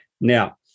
Now